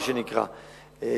מה שנקרא,